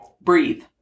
breathe